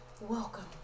welcome